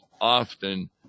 often